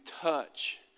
touch